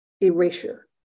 erasure